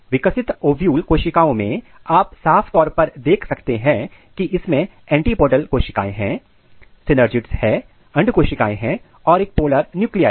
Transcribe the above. विकसित ओव्यूल कोशिकाओं में आप साफ तौर पर देख सकते हैं की इसमें एंटीपोडल कोशिकाएं हैं सिनर्जिड्स है अंड कोशिकाएं हैं और पोलर न्यूक्लिआई है